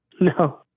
No